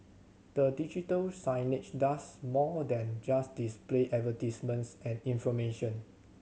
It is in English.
the digital signage does more than just display advertisements and information